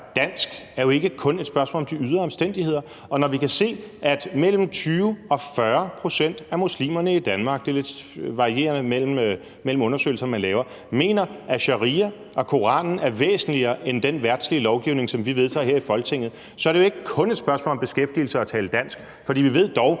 dansk jo ikke kun er et spørgsmål om de ydre omstændigheder. Når vi kan se, at mellem 20 og 40 pct. af muslimerne i Danmark – det varierer lidt i de undersøgelser, man laver – mener, at sharia og Koranen er væsentligere end den verdslige lovgivning, som vi vedtager her i Folketinget, så er det jo ikke kun et spørgsmål om beskæftigelse og om at tale dansk, for vi ved dog,